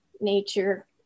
nature